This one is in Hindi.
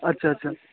अच्छा अच्छा